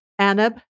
Anab